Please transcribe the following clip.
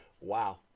Wow